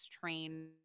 train